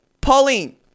Pauline